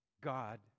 God